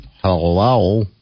hello